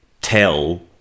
tell